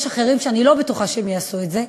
יש אחרים שאני לא בטוחה שהם יעשו את זה.